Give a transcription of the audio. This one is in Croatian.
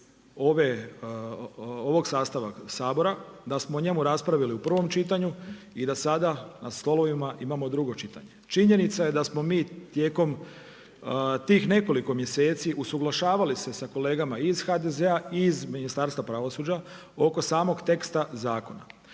ovog sastava Sabora, da smo o njemu raspravili u prvom čitanju i da sada na stolovima imamo drugo čitanje. Činjenica je da smo mi tijekom tih nekoliko mjeseci usuglašavali se sa kolegama iz HDZ-a i iz Ministarstva pravosuđa oko samog teksta zakona.